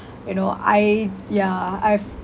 you know I ya I've